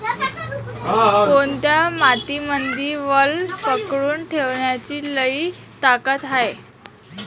कोनत्या मातीमंदी वल पकडून ठेवण्याची लई ताकद हाये?